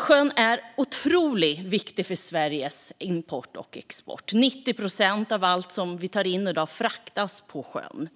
Sjön är otroligt viktig för Sveriges import och export. Av allt som tas in i landet i dag fraktas 90 procent på sjön.